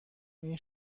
این